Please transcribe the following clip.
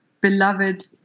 beloved